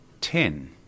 ten